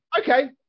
Okay